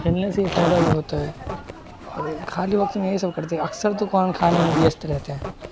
کھیلنے سے یہ فائدہ بھی ہوتا ہے اور خالی وقت میں یہی سب کرتے ہیں اکثر تو قرآن خوانی میں ویست رہتے ہیں